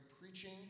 preaching